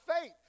faith